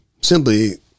Simply